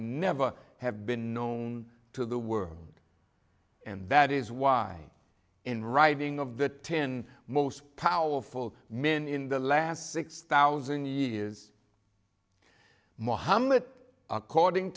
never have been known to the world and that is why in writing of the ten most powerful men in the last six thousand years mohammed according